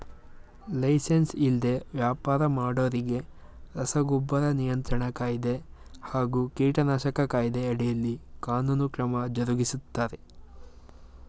licence ಇಲ್ದೆ ವ್ಯಾಪರ ಮಾಡೋರಿಗೆ ರಸಗೊಬ್ಬರ ನಿಯಂತ್ರಣ ಕಾಯ್ದೆ ಹಾಗೂ ಕೀಟನಾಶಕ ಕಾಯ್ದೆ ಅಡಿಯಲ್ಲಿ ಕಾನೂನು ಕ್ರಮ ಜರುಗಿಸ್ತಾರೆ